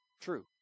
true